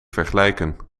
vergelijken